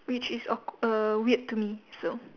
which is awk~ err weird to me so